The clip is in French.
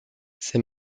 ces